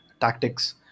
tactics